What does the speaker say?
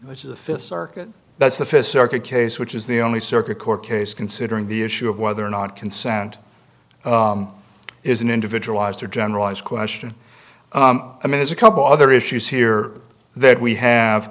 june this is the fifth circuit that's the first circuit case which is the only circuit court case considering the issue of whether or not consent is an individualized or generalized question i mean there's a couple other issues here that we have